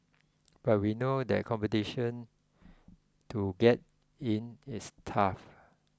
but we know that competition to get in is tough